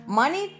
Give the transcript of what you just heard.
money